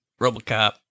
Robocop